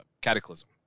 Cataclysm